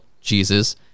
Jesus